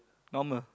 normal